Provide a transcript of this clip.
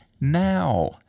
now